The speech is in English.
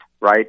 right